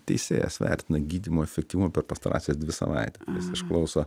teisėjas vertina gydymo efektyvumą per pastarąsias dvi savaites išklauso